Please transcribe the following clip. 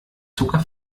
zucker